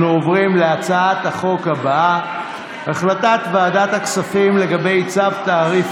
אנחנו עוברים להצעת ועדת הכספים לגבי צו תעריף